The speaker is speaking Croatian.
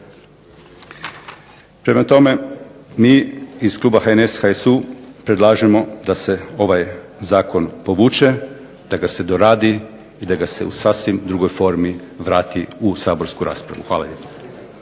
Prema tome, mi iz kluba HNS-HSU predlažemo da se ovaj zakon povuče, da ga se doradi, da ga se u sasvim drugoj formi vrati u saborsku raspravu. Hvala